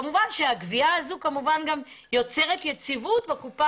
כמובן שהגבייה הזו יוצרת יציבות בקופה